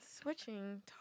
switching